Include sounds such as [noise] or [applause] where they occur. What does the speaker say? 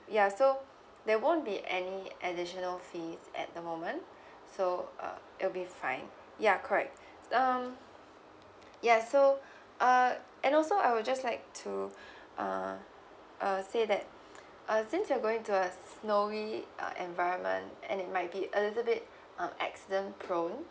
ya so there won't be any additional fees at the moment [breath] so uh it will be fine ya correct [breath] um ya so [breath] uh and also I would just like to [breath] uh say that [breath] uh since you are going to a snowy uh environment and it might be a little bit uh accident prone [breath]